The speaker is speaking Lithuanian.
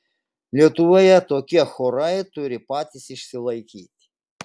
lietuvoje tokie chorai turi patys išsilaikyti